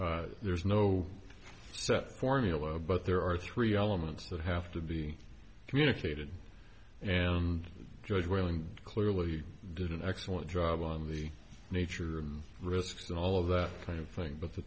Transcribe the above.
argue there's no set formula but there are three elements that have to be communicated and george will and clearly did an excellent job on the nature of risk and all of that kind of thing but the